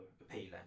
appealing